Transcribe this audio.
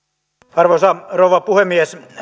arvoisa rouva puhemies